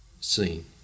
seen